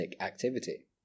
activity